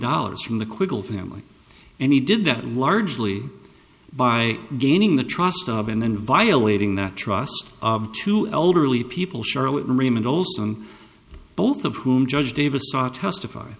dollars from the quibble family and he did that largely by gaining the trust of and then violating the trust of two elderly people charlotte raymond olsen both of whom judge davis saw testify